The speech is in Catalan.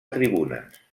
tribunes